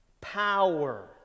power